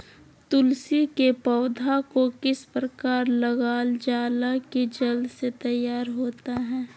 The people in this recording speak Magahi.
तुलसी के पौधा को किस प्रकार लगालजाला की जल्द से तैयार होता है?